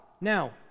Now